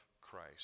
Christ